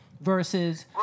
versus